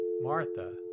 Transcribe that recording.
Martha